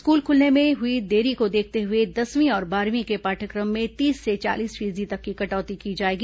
school खुलने में हुई देरी को देखते हुए दसवीं और बारहवीं के पाठ्यक्रम में तीस से चालीस फीसदी तक की कटौती की जाएगी